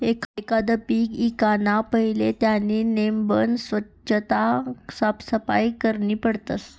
एखांद पीक ईकाना पहिले त्यानी नेमबन सोच्छता आणि साफसफाई करनी पडस